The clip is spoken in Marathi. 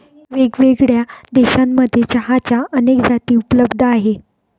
वेगळ्यावेगळ्या देशांमध्ये चहाच्या अनेक जाती उपलब्ध आहे